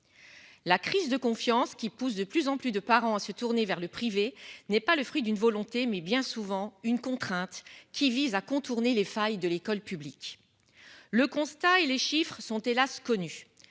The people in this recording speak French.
La crise de confiance qui pousse de plus en plus de parents se tourner vers le privé n'est pas le fruit d'une volonté, mais bien souvent une contrainte qui vise à contourner les failles de l'école publique. Le constat et les chiffres sont hélas connus